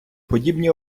подібні